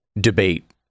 debate